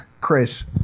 Chris